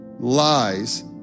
Lies